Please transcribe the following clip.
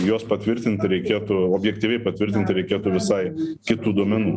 juos patvirtinti reikėtų objektyviai patvirtinti reikėtų visai kitų duomenų